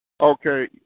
Okay